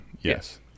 yes